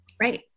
Right